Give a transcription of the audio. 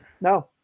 No